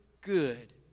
good